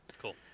Cool